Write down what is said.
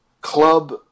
club